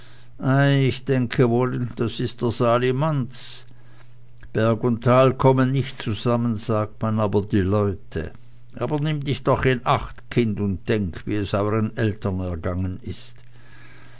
ich denke das ist wohl der sali manz berg und tal kommen nickt zusammen sagt man aber die leute aber nimm dich doch in acht kind und denk wie es euren eltern ergangen ist